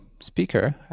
speaker